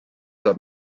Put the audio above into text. saab